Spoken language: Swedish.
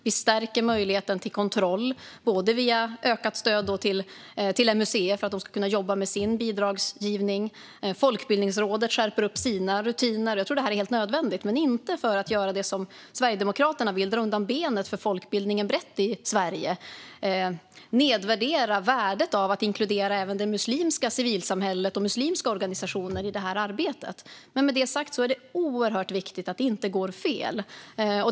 Vi stärker möjligheten till kontroll via ökat stöd till museer för att de ska kunna jobba med sin bidragsgivning. Folkbildningsrådet skärper sina rutiner. Jag tror att det är helt nödvändigt. Det är inte för att göra det som Sverigedemokraterna vill, dra undan benen för folkbildningen brett i Sverige och nedvärdera värdet av att inkludera även det muslimska civilsamhället och muslimska organisationer i arbetet. Med det sagt är det oerhört viktigt att det inte går fel.